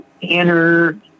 inner